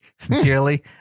Sincerely